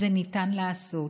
זה ניתן להיעשות.